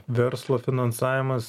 verslo finansavimas